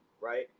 Right